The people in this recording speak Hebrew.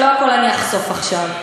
לא הכול אני אחשוף עכשיו,